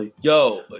Yo